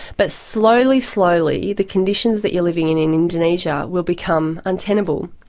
but slowly, slowly the conditions that you are living in in indonesia will become untenable.